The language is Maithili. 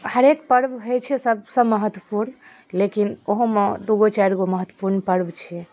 हरेक पर्ब होइ छै सबसँ महत्वपूर्ण लेकिन ओहोमे दूगो चारिगो महत्वपूर्ण पर्ब छै